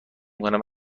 کنم